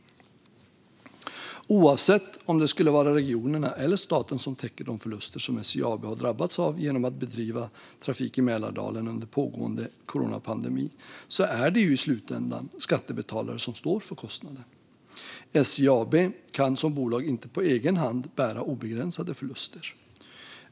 Oavsett om det skulle vara regionerna eller staten som täcker de förluster som SJ AB har drabbats av genom att bedriva trafik i Mälardalen under pågående coronapandemi är det i slutändan skattebetalare som står för kostnaden. SJ AB kan som bolag inte på egen hand bära obegränsade förluster.